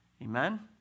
Amen